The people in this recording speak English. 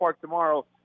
tomorrow